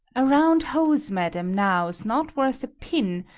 a round hose, madam, now's not worth a pin,